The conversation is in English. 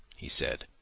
he said,